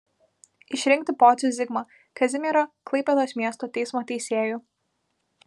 išrinkti pocių zigmą kazimiero klaipėdos miesto teismo teisėju